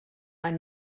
ein